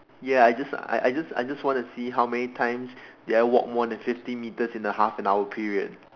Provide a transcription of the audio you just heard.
ya I just I just I just wanna see how many times did I walk more than fifty meters in a half an hour period